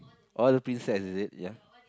all the princess is it ya